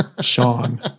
Sean